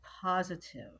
positive